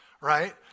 Right